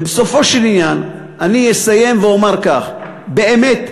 ובסופו של עניין אני אסיים ואומר כך: באמת,